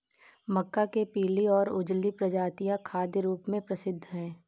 मक्का के पीली और उजली प्रजातियां खाद्य रूप में प्रसिद्ध हैं